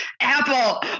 apple